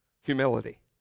Humility